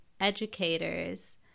educators